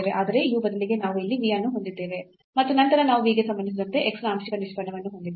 ಆದರೆ u ಬದಲಿಗೆ ನಾವು ಇಲ್ಲಿ v ಅನ್ನು ಹೊಂದಿದ್ದೇವೆ ಮತ್ತು ನಂತರ ನಾವು v ಗೆ ಸಂಬಂಧಿಸಿದಂತೆ x ನ ಆಂಶಿಕ ನಿಷ್ಪನ್ನವನ್ನು ಹೊಂದಿದ್ದೇವೆ